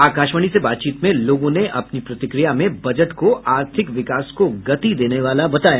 आकाशवाणी से बातचीत में लोगों ने अपनी प्रतिक्रिया में बजट को आर्थिक विकास को गति देने वाला बताया